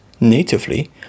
natively